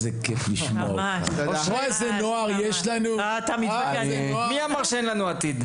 אושרי, ריגשת אותי.